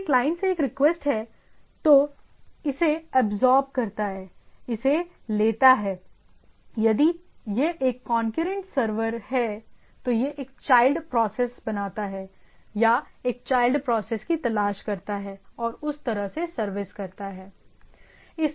यदि क्लाइंट से एक रिक्वेस्ट है तो इसे अबजॉरब करता है इसे लेता है यदि यह एक कौनक्यूरेंट सर्वर है तो एक चाइल्ड प्रोसेस बनाता है या यह एक चाइल्ड प्रोसेस की तलाश करता है और उस तरह से सर्विस करता है